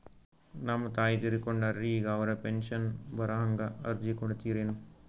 ನಮ್ ತಾಯಿ ತೀರಕೊಂಡಾರ್ರಿ ಈಗ ಅವ್ರ ಪೆಂಶನ್ ಬರಹಂಗ ಅರ್ಜಿ ಕೊಡತೀರೆನು?